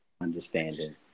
understanding